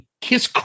Kiss